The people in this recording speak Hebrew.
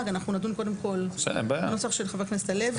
אנחנו נדון קודם כל בנוסח של חבר הכנסת הלוי,